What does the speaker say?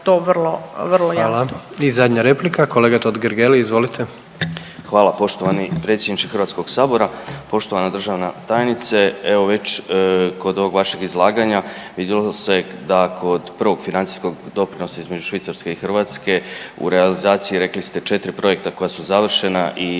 Hvala. I zadnja replika kolega Totgergeli, izvolite. **Totgergeli, Miro (HDZ)** Hvala poštovani predsjedniče Hrvatskog sabora, poštovana državna tajnice. Evo već kod ovog vašeg izlaganja vidjelo se da kod prvog financijskog doprinosa između Švicarske i Hrvatske u realizaciji rekli ste četiri projekta koja su završena i